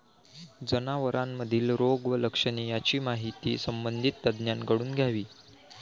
जनावरांमधील रोग व लक्षणे यांची माहिती संबंधित तज्ज्ञांकडून घ्यावी